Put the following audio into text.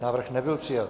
Návrh nebyl přijat.